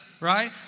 right